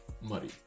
muddy